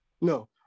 No